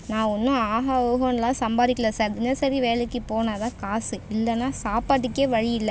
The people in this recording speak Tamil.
நான் ஒன்றும் ஆஹா ஓஹோன்லாம் சம்பாதிக்கல சார் தினசரி வேலைக்கு போனால் தான் காசு இல்லைன்னா சாப்பாட்டுக்கே வழி இல்லை